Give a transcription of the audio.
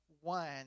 one